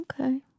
Okay